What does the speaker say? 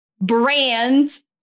brands